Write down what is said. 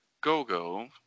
Go-Go